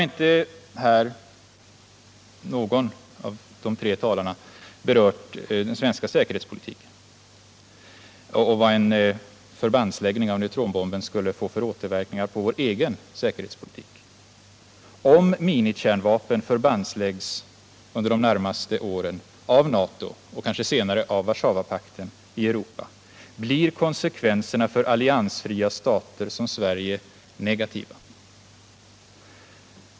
Ingen av oss tre talare har berört den svenska säkerhetspolitiken och vad en förbandsläggning av neutronbomben skulle få för återverkningar på vår egen säkerhetspolitik. Om minikärnvapen under de närmaste åren förbandsläggs av NATO, och senare också kanske av Warszawapakten, så blir konsekvenserna för alliansfria stater som Sverige negativa.